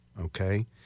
okay